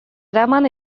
eraman